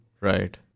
Right